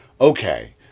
okay